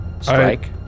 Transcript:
strike